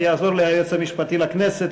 ויעזור לי היועץ המשפטי לכנסת,